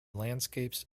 landscapes